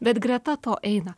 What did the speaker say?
bet greta to eina